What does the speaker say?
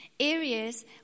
Areas